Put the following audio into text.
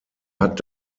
hat